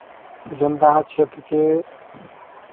जमदाहा क्षेत्र के